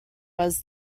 was